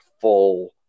full